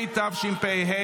התשפ"ה